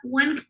one